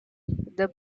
the